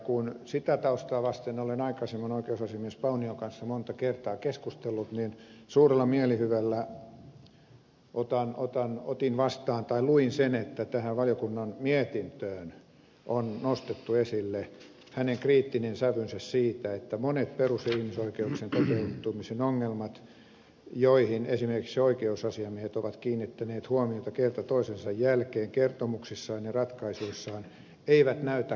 kun sitä taustaa vasten olen aikaisemmin oikeusasiamies paunion kanssa monta kertaa keskustellut niin suurella mielihyvällä otin vastaan tai luin sen että tähän valiokunnan mietintöön on nostettu esille hänen kriittinen sävynsä siitä että monet perus ja ihmisoikeuksien toteutumisen ongelmat joihin esimerkiksi oikeusasiamiehet ovat kiinnittäneet huomiota kerta toisensa jälkeen kertomuksissaan ja ratkaisuissaan eivät näytä korjaantuvan